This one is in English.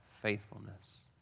faithfulness